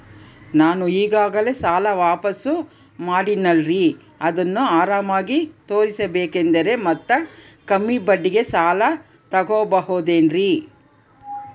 ನಾನು ಈಗಾಗಲೇ ಸಾಲ ವಾಪಾಸ್ಸು ಮಾಡಿನಲ್ರಿ ಅದನ್ನು ಆರಾಮಾಗಿ ತೇರಿಸಬೇಕಂದರೆ ಮತ್ತ ಕಮ್ಮಿ ಬಡ್ಡಿಗೆ ಸಾಲ ತಗೋಬಹುದೇನ್ರಿ?